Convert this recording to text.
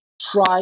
try